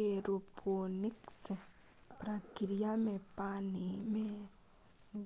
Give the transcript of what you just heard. aeroponics प्रक्रिया मे पानि मे